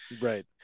Right